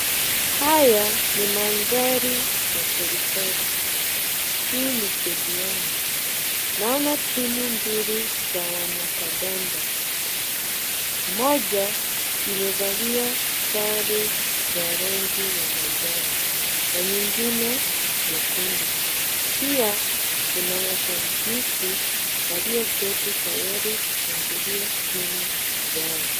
Haya ni mandhari ya serikali. Hii ni stadiumu . Naona timu za wanakandanda. Moja imevalia sare za rangi ya manjano na nyingine nyekundu. Pia kuna mashabiki walioketi tayari kushangilia timu zao.